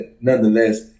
nonetheless